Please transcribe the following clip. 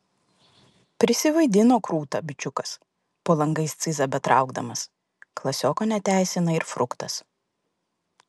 prisivaidino krūtą bičiukas po langais cyzą betraukdamas klasioko neteisina ir fruktas